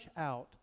out